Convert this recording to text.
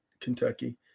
Kentucky